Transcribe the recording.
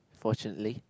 fortunately